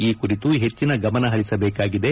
ಈ ಕುರಿತು ಹೆಚ್ಚನ ಗಮನ ಹರಿಸಬೇಕಾಗಿದೆ